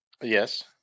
Yes